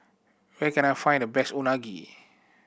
where can I find the best Unagi